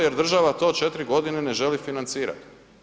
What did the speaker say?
Jer država to 4 godine ne želi financirati.